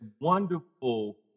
wonderful